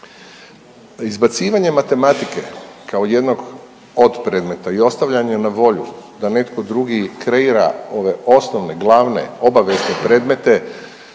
Izbacivanje matematike kao jednog od predmeta i ostavljanje na volju da netko drugi kreira ove osnovne, glavne obavezne predmete